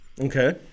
Okay